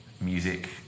music